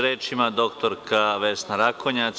Reč ima dr Vesna Rakonjac.